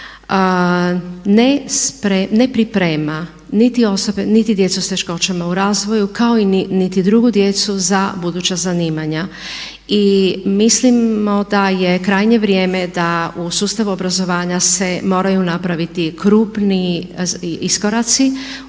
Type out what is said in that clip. niti osobe niti djecu s teškoćama u razvoju kao niti drugu djecu za buduća zanimanja. I mislimo da je krajnje vrijeme da u sustavu obrazovanja se moraju napraviti krupniji iskoraci